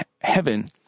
heaven